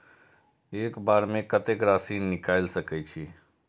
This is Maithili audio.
एक बार में कतेक राशि निकाल सकेछी?